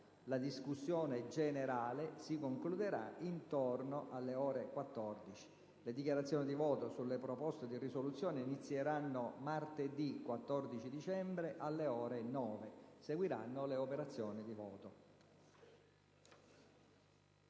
La discussione generale si concluderà intorno alle ore 14. Le dichiarazioni di voto sulle proposte di risoluzione inizieranno martedì 14 dicembre alle ore 9. Seguiranno le operazioni di voto.